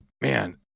man